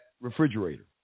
refrigerator